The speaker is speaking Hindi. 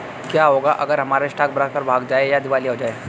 क्या होगा अगर हमारा स्टॉक ब्रोकर भाग जाए या दिवालिया हो जाये?